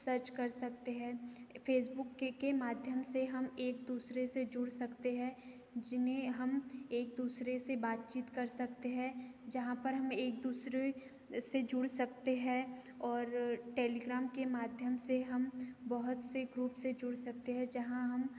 search कर सकते हैं फेसबुक के के माध्यम से हम एक दूसरे से जुड़ सकते हैं जिन्हें हम एक दूसरे से बातचीत कर सकते हैं जहाँ पर हम एक दूसरे से जुड़ सकते हैं और टेलीग्राम के माध्यम से हम बहुत से ग्रुप से जुड़ सकते हैं जहाँ हम